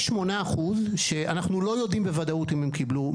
יש 8% שאנחנו לא יודעים בוודאות אם הם קיבלו.